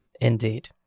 Indeed